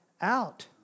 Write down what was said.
out